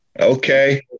Okay